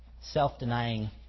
self-denying